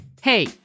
Hey